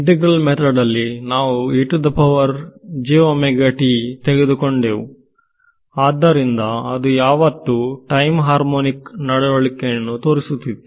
integral method ನಲ್ಲಿ ನಾವು e jwt ತೆಗೆದುಕೊಂಡೆವು ಆದ್ದರಿಂದ ಅದು ಯಾವತ್ತೂ ಟೈಮ್ ಹಾರ್ಮೋನಿಕ್ ನಡವಳಿಕೆಯನ್ನು ತೋರಿಸುತ್ತಿತ್ತು